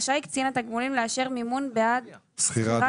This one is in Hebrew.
רשאי קצין תגמולים לאשר מימון בעד שכירת